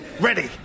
Ready